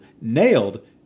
Nailed